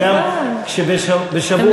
וגם כשבשבוע אחר,